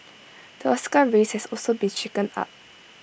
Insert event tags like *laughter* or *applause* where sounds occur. *noise* the Oscar race has also been shaken up